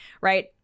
right